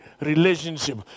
relationship